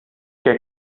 que